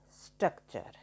structure